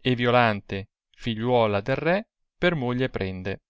e violante figliuola del re per moglie prende